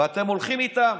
ואתם הולכים איתם?